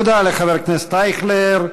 תודה לחבר הכנסת אייכלר.